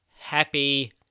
happy